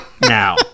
now